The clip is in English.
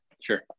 sure